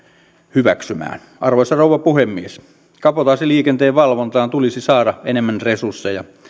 hyväksymään arvoisa rouva puhemies kabotaasiliikenteen valvontaan tulisi saada enemmän resursseja